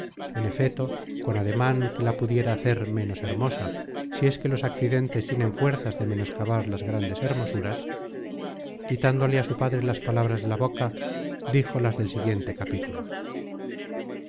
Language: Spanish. en efeto con ademan que la pudiera hacer ménos hermosa si es que los accidentes tienen fuerzas de menoscabar las grandes hermosuras quitándole á su padre las palabras de la boca dijo las del siguiente capítulo